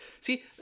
See